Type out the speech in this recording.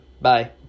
Bye